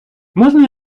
можна